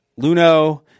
Luno